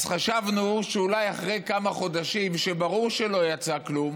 אז חשבנו שאולי אחרי כמה חודשים שברור שלא יצא כלום,